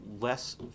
less